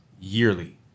yearly